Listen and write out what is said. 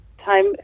time